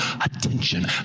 attention